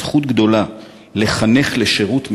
זכות גדולה לחנך לשירות,